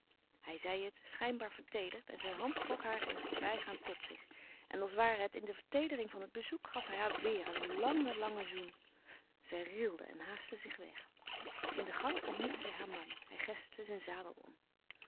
hij zei het schijnbaar verteederd en zijn hand trok haar in het voorbijgaan tot zich en als ware het in de verteedering van het bezoek gaf hij haar weêr een langen langen zoen zij rilde en haastte zich weg in de gang ontmoette zij haar man hij gespte zijn sabel om